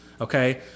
okay